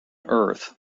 earth